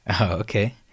Okay